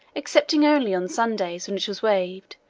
excepting only on sundays, when it was waived,